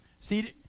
See